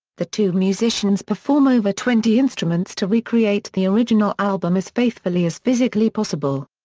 the two musicians perform over twenty instruments to recreate the original album as faithfully as physically possible.